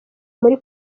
muri